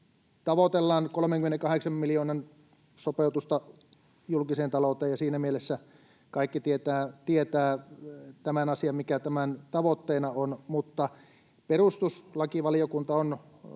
tavoitellaan 38 miljoonan sopeutusta julkiseen talouteen, ja siinä mielessä kaikki tietävät tämän asian, mikä tämän tavoitteena on. Perustuslakivaliokunta on